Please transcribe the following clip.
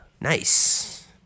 Nice